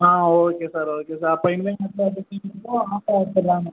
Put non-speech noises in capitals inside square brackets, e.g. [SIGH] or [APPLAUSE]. ஆ okay sir okay sir அப்போ இனிமேல் அடுத்தவாட்டி [UNINTELLIGIBLE] order எடுத்துடலான்னு